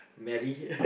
Mary